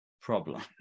problem